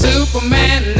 Superman